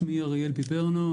שמי אריאל פיפרנו,